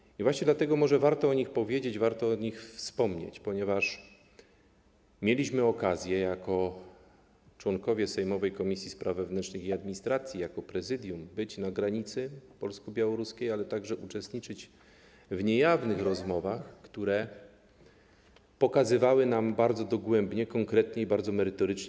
I może właśnie dlatego warto o nich powiedzieć, warto o nich wspomnieć, ponieważ mieliśmy okazję jako członkowie sejmowej Komisji Spraw Wewnętrznych i Administracji, jako prezydium, być na granicy polsko-białoruskiej, ale także uczestniczyć w niejawnych rozmowach, które ukazywały nam ten problem bardzo dogłębnie, konkretnie i bardzo merytorycznie.